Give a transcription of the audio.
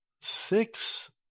Six